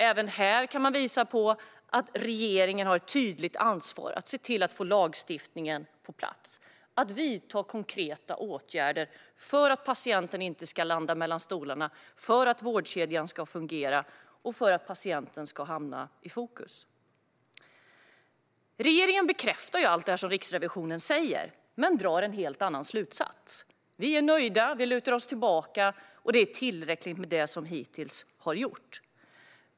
Även här kan man visa på att regeringen har ett tydligt ansvar att se till att få lagstiftningen på plats, att vidta konkreta åtgärder för att patienten inte ska landa mellan stolarna, för att vårdkedjan ska fungera och för att patienten ska hamna i fokus. Regeringen bekräftar allt detta som Riksrevisionen säger men drar en helt annan slutsats. Man är nöjd och lutar sig tillbaka, och det är tillräckligt med det som hittills har gjorts.